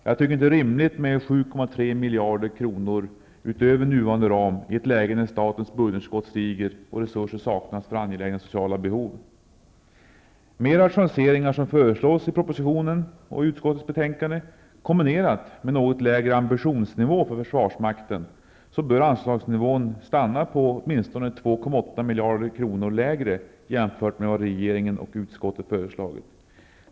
Det är inte rimligt med 7,3 miljarder kronor utöver nuvarande ram i ett läge när statens budgetunderskott stiger och resurser saknas för angelägna sociala behov. Med de rationaliseringar som föreslås i propositionen och i utskottets betänkande, kombinerat med en något lägre ambitionsnivå för försvarsmakten, bör anslagsnivån bli 2,8 miljarder kronor lägre än vad regeringen och utskottet har föreslagit.